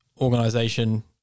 organization